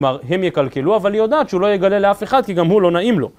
כלומר, הם יקלקלו אבל היא יודעת שהוא לא יגלה לאף אחד כי גם הוא לא נעים לו.